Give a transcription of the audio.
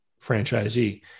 franchisee